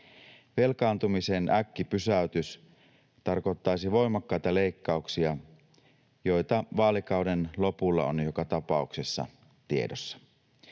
Velkaantumisen äkkipysäytys tarkoittaisi voimakkaita leikkauksia, joita vaalikauden lopulla on joka tapauksessa tiedossa.